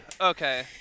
Okay